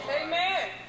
Amen